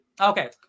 Okay